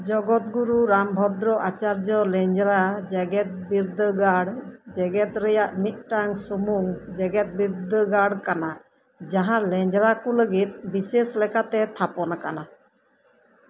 ᱡᱚᱜᱚᱛ ᱜᱩᱨᱩ ᱨᱟᱢᱵᱷᱚᱫᱽᱨᱚ ᱟᱪᱟᱨᱡᱚ ᱞᱮᱸᱡᱽᱨᱟ ᱡᱮᱜᱮᱫᱽᱵᱤᱨᱫᱟᱹᱜᱟᱲ ᱡᱮᱜᱮᱫᱽ ᱨᱮᱭᱟᱜ ᱢᱤᱫᱴᱟᱝ ᱥᱩᱢᱩᱝ ᱡᱮᱜᱮᱫᱽ ᱵᱤᱨᱫᱟᱹᱜᱟᱲ ᱠᱟᱱᱟ ᱡᱟᱦᱟᱸ ᱞᱮᱸᱡᱽᱨᱟ ᱠᱚ ᱞᱟᱹᱜᱤᱫ ᱵᱮᱥᱮᱥ ᱞᱮᱠᱟᱛᱮ ᱛᱷᱟᱯᱚᱱ ᱟᱠᱟᱱᱟ